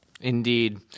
Indeed